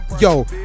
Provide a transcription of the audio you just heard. Yo